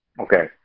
Okay